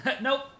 Nope